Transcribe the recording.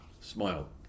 smile